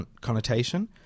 connotation